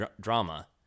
drama